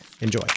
Enjoy